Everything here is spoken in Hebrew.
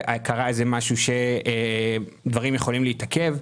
קרה משהו שדברים יכולים להתעכב.